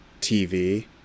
TV